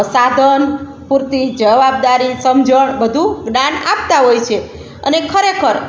સાધન પૂરતી જવાબદારી સમજણ બધું જ્ઞાન આપતા હોય છે અને ખરેખર